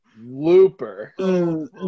Looper